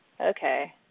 Okay